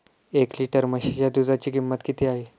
एक लिटर म्हशीच्या दुधाची किंमत किती आहे?